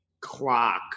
clock